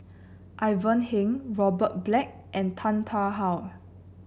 Ivan Heng Robert Black and Tan Tarn How